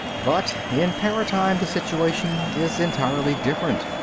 but in paratime, the situation is entirely different.